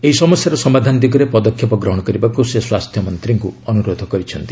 ଏ ସମସ୍ୟାର ସମାଧାନ ଦିଗରେ ପଦକ୍ଷେପ ଗ୍ରହଣ କରିବାକୁ ସେ ସ୍ୱାସ୍ଥ୍ୟ ମନ୍ତ୍ରୀଙ୍କୁ ଅନୁରୋଧ କରିଛନ୍ତି